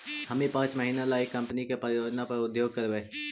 हम भी पाँच महीने ला एक कंपनी की परियोजना पर उद्योग करवई